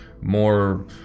more